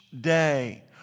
day